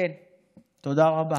תודה רבה.